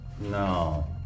No